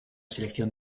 selección